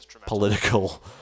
political